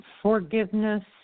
forgiveness